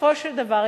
בסופו של דבר,